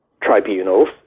tribunals